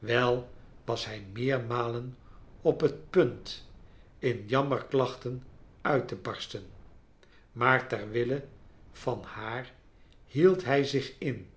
wei was hij meermalen op net punt in jammerklachten uit te barsten maar ter wille van haar hield hij zich in